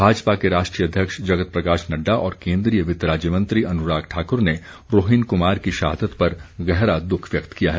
भाजपा के राष्ट्रीय अध्यक्ष जगत प्रकाश नड्डा और केन्द्रीय वित्त राज्य मंत्री अनुराग ठाकुर ने रोहिन कुमार की शहादत पर गहरा दुख व्यक्त किया है